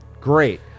great